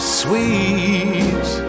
sweet